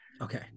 Okay